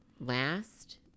last